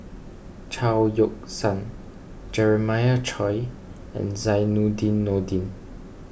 Chao Yoke San Jeremiah Choy and Zainudin Nordin